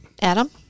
Adam